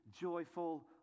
joyful